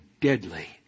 deadly